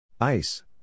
Ice